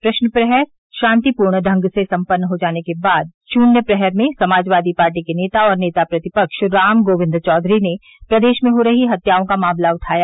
प्रश्न प्रहर शांतिपूर्ण ढंग से पूरा हो जाने के बाद शून्य प्रहर में समाजवादी पार्टी के नेता और नेता प्रतिपक्ष राम गोविन्द चौधरी ने प्रदेश में हो रही हत्याओं का मामला उठाया